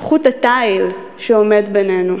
חוט התיל שעומד בינינו,